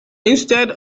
instead